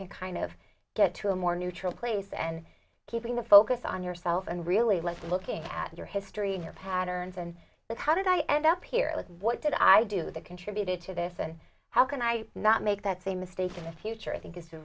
can kind of get to a more neutral place and keeping the focus on yourself and really like looking at your history and your patterns and that how did i end up here with what did i do that contributed to this and how can i not make that same mistake in the future i think is a